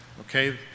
okay